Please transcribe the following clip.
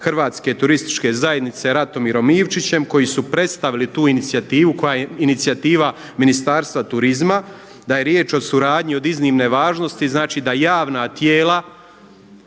Hrvatske turističke zajednice Ratomirom Ivčićem koji su predstavili tu inicijativu koja je inicijativa Ministarstva turizma da je riječ o suradnji od iznimne važnosti znači da javna tijela